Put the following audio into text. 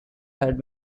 had